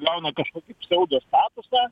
gauna kažkokį psiaudo statusą